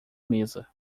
mesa